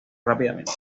rápidamente